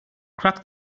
crack